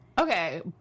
okay